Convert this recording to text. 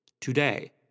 Today